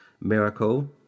miracle